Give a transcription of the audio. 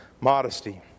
modesty